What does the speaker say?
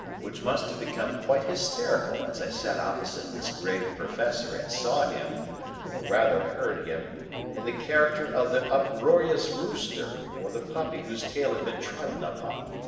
which must have become quite hysterical as i sat opposite this grave professor and saw him or rather heard him in the character of the uproarious rooster or the puppy whose tail had been trodden upon.